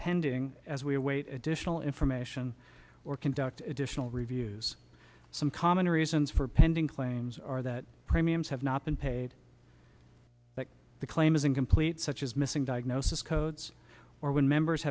pending as we await additional information or conduct additional reviews some common reasons for pending claims are that premiums have not been paid the claim is incomplete such as missing diagnosis codes or when members